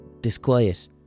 disquiet